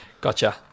Gotcha